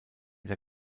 der